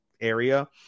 area